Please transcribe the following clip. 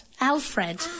Alfred